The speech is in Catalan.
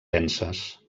denses